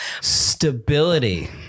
Stability